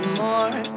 more